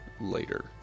later